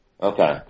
Okay